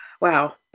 Wow